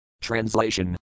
Translation